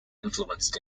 influenced